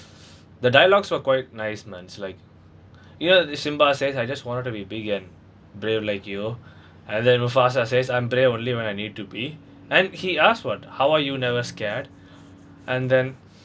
the dialogues were quite nice man it's like ya it's simba says I just wanted to be big and brave like you and then mufasa says I'm brave only when I need to be and he asked what how are you never scared and then